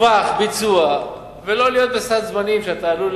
טווח ביצוע, ולא להיות בסד זמנים, כשאתה עלול